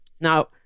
Now